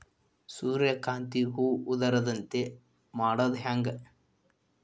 ಸೂರ್ಯಕಾಂತಿ ಹೂವ ಉದರದಂತೆ ಮಾಡುದ ಹೆಂಗ್?